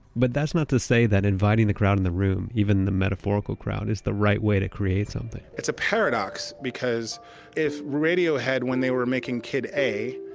but that's not to say that inviting the crowd in the room, even the metaphorical crowd, is the right way to create something it's a paradox because if radiohead, when they were making kid a,